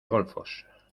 golfos